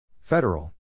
Federal